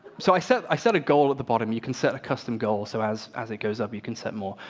so i set i set a goal at the bottom, you can set a custom goal so as as it goes up, you can set more.